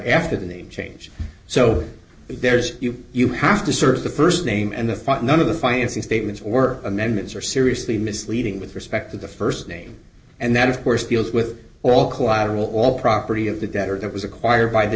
after the name change so there's you you have to search the first name and the front none of the financing statements or amendments are seriously misleading with respect to the first name and that of course deals with all collateral all property of that that or that was acquired by the